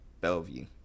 Bellevue